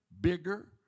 bigger